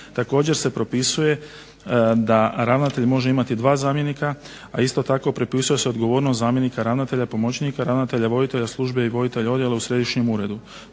Također se propisuje da ravnatelj može imati dva zamjenika, a isto tako propisuje se odgovornost zamjenika ravnatelja i pomoćnika ravnatelja, voditelja službe i voditelja odjela u središnjem uredu.